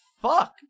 fuck